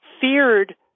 feared